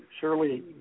surely